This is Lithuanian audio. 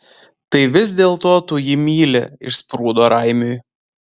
tai vis dėlto tu jį myli išsprūdo raimiui